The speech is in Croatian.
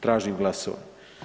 Tražim glasovanje.